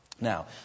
Now